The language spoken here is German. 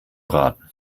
braten